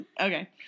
okay